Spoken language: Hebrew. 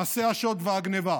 מעשי השוד והגנבה,